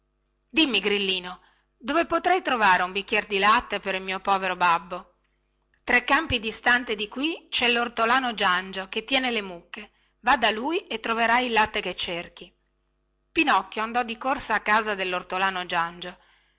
dimmi grillino dove potrei trovare un bicchiere di latte per il mio povero babbo tre campi distante di qui cè lortolano giangio che tiene le mucche và da lui e troverai il latte che cerchi pinocchio andò di corsa a casa dellortolano giangio